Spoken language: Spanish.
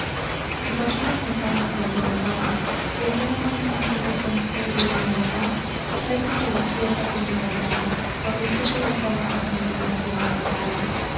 y pasaron los años cual todo pasa y aquel amor inmenso que escondido llevo en el alma parece que despierta con nueva llama cuando escucho las vagas armonías de la guitarra